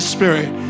Spirit